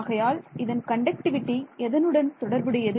ஆகையால் இதன் கண்டக்டிவிடி எதனுடன் தொடர்புடையது